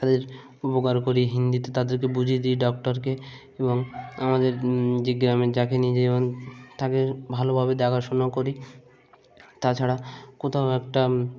তাদের উপকার করি হিন্দিতে তাদেরকে বুঝিয়ে দিই ডক্টরকে এবং আমাদের যে গ্রামে যাকে নিজে যেমন তাকে ভালোভাবে দেখাশোনা করি তাছাড়া কোথাও একটা